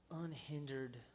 unhindered